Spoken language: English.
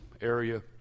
area